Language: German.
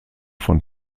von